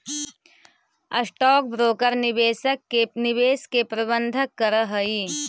stock broker निवेशक के निवेश के प्रबंधन करऽ हई